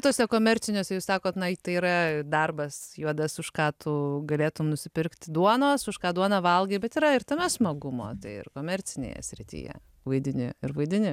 tuose komerciniuose jūs sakot na tai yra darbas juodas už ką tu galėtum nusipirkti duonos už ką duoną valgai bet yra ir tame smagumo ir komercinėje srityje vaidini ir vaidini